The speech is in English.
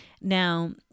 now